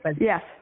Yes